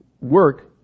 work